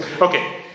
Okay